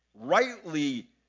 rightly